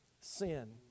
sin